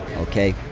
okay.